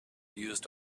used